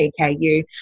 PKU